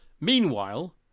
meanwhile